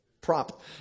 prop